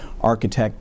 architect